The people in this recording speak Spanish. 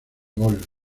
gol